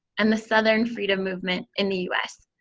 and the southern freedom movement in the us.